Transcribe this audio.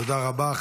תודה רבה.